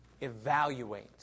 Evaluate